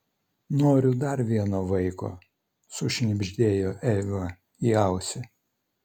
noriu dar vieno vaiko sušnibždėjo eiva į ausį